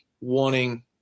wanting